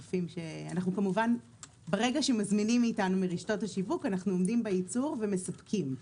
ברגע שרשתות השיווק מזמינים מאתנו אנחנו עומדים בייצור ומספקים.